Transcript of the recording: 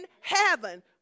heaven